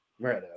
right